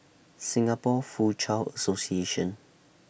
Singapore Foochow Association